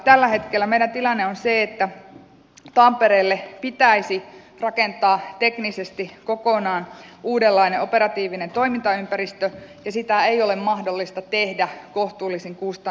tällä hetkellä meidän tilanne on se että tampereelle pitäisi rakentaa teknisesti kokonaan uudenlainen operatiivinen toimintaympäristö ja sitä ei ole mahdollista tehdä kohtuullisin kustannuksin